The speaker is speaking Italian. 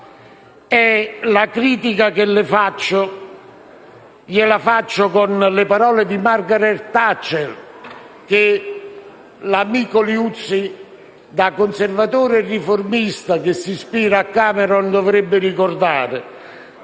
La critica gliela rivolgo utilizzando le parole di Margaret Thatcher che l'amico Liuzzi, da conservatore e riformista che si ispira a Cameron, dovrebbe ricordare.